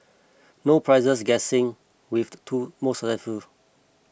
no prizes guessing with the two more successful